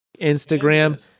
Instagram